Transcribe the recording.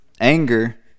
anger